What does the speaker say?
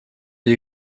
die